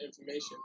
information